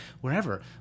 wherever